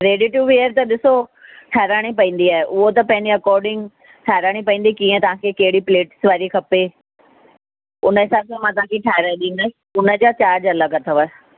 ready to wear त ॾिसो ठाराहिणी पवंदी आहे उहा त पंहिंजे अकॉर्डिंग ठाराहिणी पवंदी कीअं तव्हांखे कहिड़ी प्लेट्स वारी खपे उन हिसाब सां मां तव्हांखे ठाराहे ॾींदमि उन जा चार्ज अलॻि अथव